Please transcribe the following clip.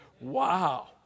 Wow